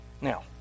Now